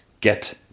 get